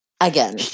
Again